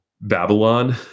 babylon